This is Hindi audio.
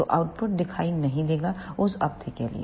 तो आउटपुट दिखाई नहीं देगा उस अवधि के लिए